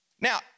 Now